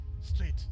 straight